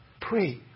pray